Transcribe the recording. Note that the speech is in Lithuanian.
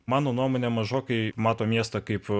mano nuomone mažokai mato miestą kaip